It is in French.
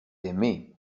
aimé